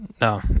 No